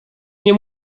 nie